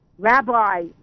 Rabbi